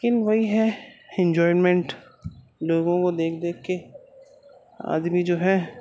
لیکن وہی ہے انجوائمنٹ لوگوں کو دیکھ دیکھ کے آدمی جو ہے